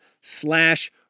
slash